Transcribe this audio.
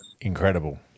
incredible